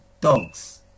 dogs